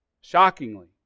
Shockingly